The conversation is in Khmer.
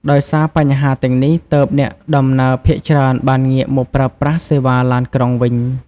ដោយសារបញ្ហាទាំងនេះ ទើបអ្នកដំណើរភាគច្រើនបានងាកមកប្រើប្រាស់សេវាឡានក្រុងវិញ។